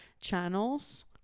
channels